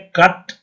cut